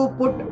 put